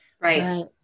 right